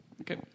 Okay